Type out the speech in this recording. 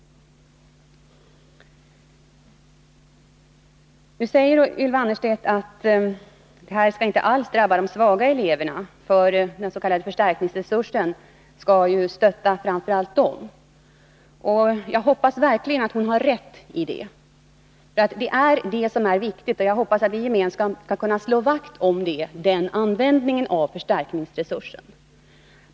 Ylva Annerstedt säger att de svaga eleverna inte alls skall drabbas, eftersom förstärkningsresursen skall stötta framför allt dem. Jag hoppas verkligen att hon har rätt i det. Det är detta som är viktigt. Och jag hoppas att vi gemensamt skall kunna slå vakt om den användningen av förstärkningsresursen.